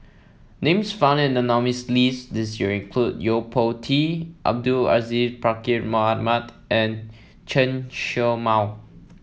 names found in the nominees' list this year include Yo Po Tee Abdul Aziz Pakkeer Mohamed and Chen Show Mao